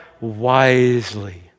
wisely